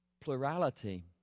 plurality